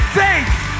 faith